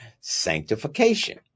sanctification